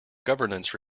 governance